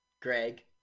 Greg